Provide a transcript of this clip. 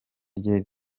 rye